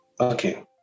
okay